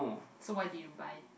so what did you buy